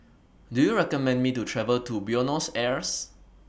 Do YOU recommend Me to travel to Buenos Aires